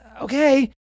okay